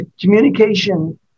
communication